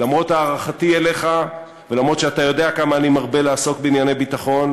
למרות הערכתי אליך ולמרות שאתה יודע כמה אני מרבה לעסוק בענייני ביטחון,